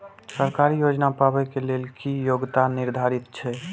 सरकारी योजना पाबे के लेल कि योग्यता निर्धारित छै?